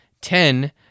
Ten